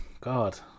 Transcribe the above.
God